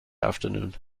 afternoon